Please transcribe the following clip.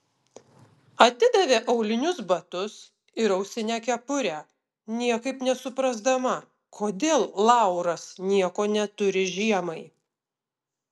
atidavė aulinius batus ir ausinę kepurę niekaip nesuprasdama kodėl lauras nieko neturi žiemai